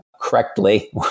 correctly